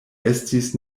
estis